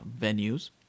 venues